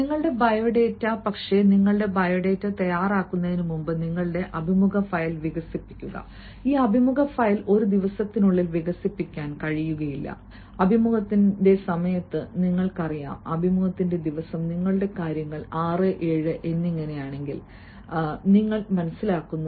നിങ്ങളുടെ ബയോഡാറ്റ പക്ഷേ നിങ്ങളുടെ ബയോഡാറ്റ തയ്യാറാക്കുന്നതിനുമുമ്പ് നിങ്ങളുടെ അഭിമുഖ ഫയൽ വികസിപ്പിക്കുക ഈ അഭിമുഖ ഫയൽ ഒരു ദിവസത്തിനുള്ളിൽ വികസിപ്പിക്കാൻ കഴിയില്ല അഭിമുഖത്തിന്റെ സമയത്ത് നിങ്ങൾക്കറിയാം അഭിമുഖത്തിന്റെ ദിവസം നിങ്ങളുടെ കാര്യങ്ങൾ 6 7 എന്നിങ്ങനെയാണെന്ന് നിങ്ങൾ മനസ്സിലാക്കുന്നു